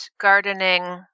gardening